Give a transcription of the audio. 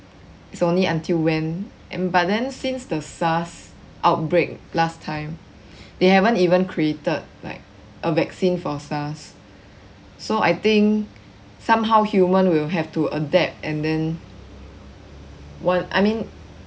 it's only until when and but then since the SARS outbreak last time they haven't even created like a vaccine for SARS so I think somehow human will have to adapt and then what I mean